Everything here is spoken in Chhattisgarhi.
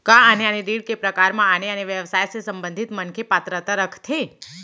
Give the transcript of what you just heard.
का आने आने ऋण के प्रकार म आने आने व्यवसाय से संबंधित मनखे पात्रता रखथे?